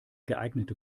geeignete